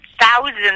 thousands